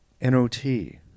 N-O-T